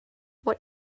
what